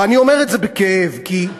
ואני אומר את זה בכאב, כי,